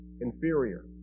inferior